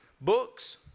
books